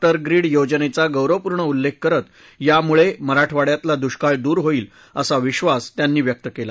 उे grid योजनेचा गौरवपूर्ण उल्लेख करत यामुळे मराठवाड्यातला दुष्काळ दूर होईल असा विधास त्यांनी यावेळी व्यक्त केला